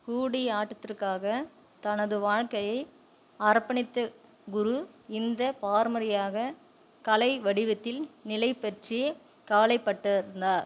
கூடிய ஆட்டத்திற்காக தனது வாழ்க்கையை அர்ப்பணித்த குரு இந்தப் பார்மரியாக கலை வடிவத்தில் நிலைப் பற்றி கவலைப்பட்டு இருந்தார்